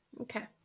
Okay